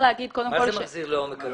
מה זה מחזיר לעומק הקיצוץ?